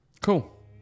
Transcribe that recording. Cool